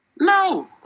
No